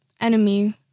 Enemy